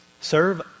serve